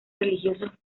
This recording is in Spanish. religiosos